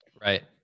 Right